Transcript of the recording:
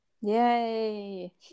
Yay